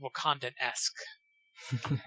Wakandan-esque